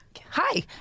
Hi